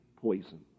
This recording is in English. poison